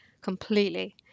completely